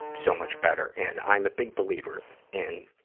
so much better. and i'm a big believer in,